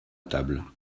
table